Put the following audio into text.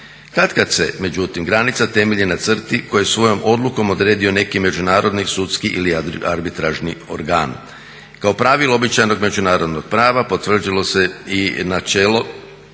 Katkad se međutim granica temelji na crti koje je svojom odlukom odredio neki međunarodni sudski ili arbitražni organ. Kao pravilo uobičajenog međunarodnog prava potvrdilo se i načelo